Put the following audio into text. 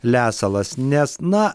lesalas nes na